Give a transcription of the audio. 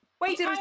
Wait